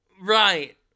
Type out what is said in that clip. Right